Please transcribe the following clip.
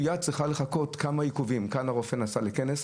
שצריך לחכות לו: כאן הרופא נסע לכנס,